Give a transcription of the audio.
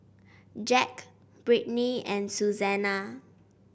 Jacque Brittaney and Suzanna